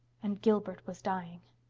and gilbert was dying!